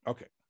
Okay